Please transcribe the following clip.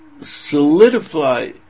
solidify